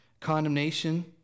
condemnation